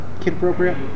kid-appropriate